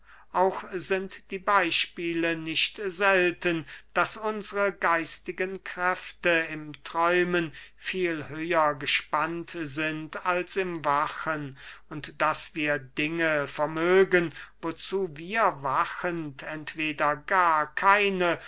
auch sind die beyspiele nicht selten daß unsre geistigen kräfte im träumen viel höher gespannt sind als im wachen und daß wir dinge vermögen wozu wir wachend entweder gar keine